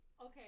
Okay